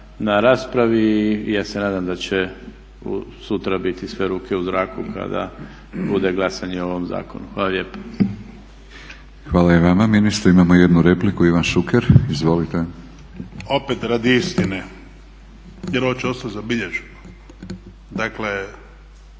na raspravi, ja se nadam da će sutra biti sve ruke u zraku kada bude glasanje o ovom zakonu. Hvala lijepo. **Batinić, Milorad (HNS)** Hvala i vama ministre. Imamo jednu repliku, Ivan Šuker. Izvolite. **Šuker, Ivan (HDZ)** Opet radi istine, jer ovo će ostati zabilježeno. Dakle